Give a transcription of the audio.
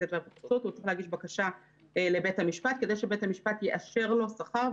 הוא צריך להגיש בקשה לבית המשפט כדי שבית המשפט יאשר לו שכר,